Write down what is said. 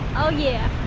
oh yeah,